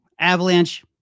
Avalanche